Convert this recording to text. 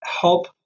Help